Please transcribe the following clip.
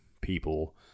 people